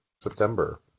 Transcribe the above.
September